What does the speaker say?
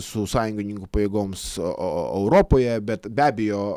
su sąjungininkų pajėgoms o europoje bet be abejo